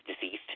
deceased